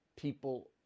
people